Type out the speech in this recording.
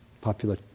popular